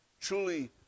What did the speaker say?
truly